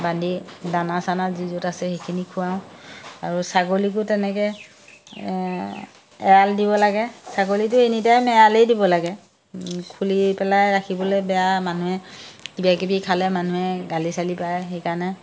বান্ধি দানা চানা যি য'ত আছে সেইখিনি খুৱাওঁ আৰু ছাগলীকো তেনেকৈ এৰাল দিব লাগে ছাগলীটো এনি টাইম এৰালেই দিব লাগে খুলি পেলাই ৰাখিবলৈ বেয়া মানুহে কিবা কিবি খালে মানুহে গালি চালি পাৰে সেইকাৰণে